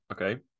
Okay